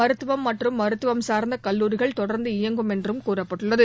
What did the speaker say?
மருத்துவம் மற்றும் மருத்துவம் சார்ந்த கல்லூரிகள் தொடர்ந்து இயங்கும் என்றும் கூறப்பட்டுள்ளது